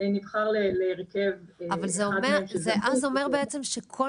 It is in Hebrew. נבחר להרכב -- אבל זה אומר בעצם שכל